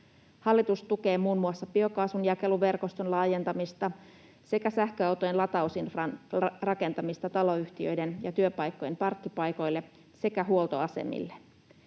Hallitus tukee muun muassa biokaasun jakeluverkoston laajentamista sekä sähköautojen latausinfran rakentamista taloyhtiöiden ja työpaikkojen parkkipaikoille sekä huoltoasemille.